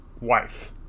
wife